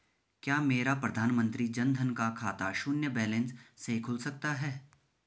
क्या मेरा प्रधानमंत्री जन धन का खाता शून्य बैलेंस से खुल सकता है?